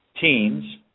teams